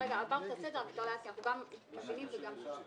יהיה "חייב לפקח